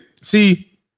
See